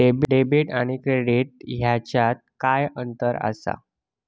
Debit आणि credit ह्याच्यात काय अंतर असा?